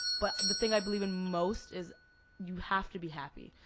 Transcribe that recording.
but the thing i believe in most is you have to be happy.